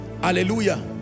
Hallelujah